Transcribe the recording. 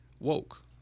woke